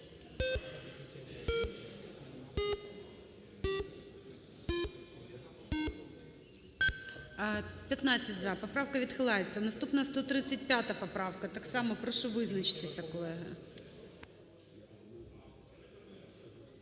За-15 Поправка відхиляється. Наступна 135 поправка. Так само прошу визначитися, колеги.